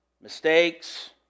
mistakes